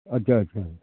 अच्छा अच्छा